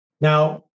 Now